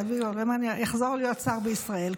שאביגדור ליברמן יחזור להיות שר בישראל.